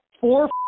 four